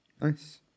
Nice